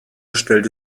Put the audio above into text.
stellte